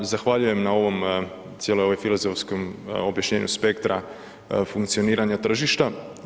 Zahvaljujem na ovom, cijeloj ovoj filozofskom objašnjenju spektra funkcioniranja tržišta.